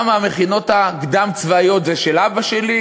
למה, המכינות הקדם-צבאיות זה של אבא שלי?